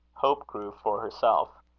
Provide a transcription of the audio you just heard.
hope grew for herself.